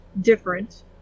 different